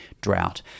drought